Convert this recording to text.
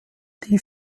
tief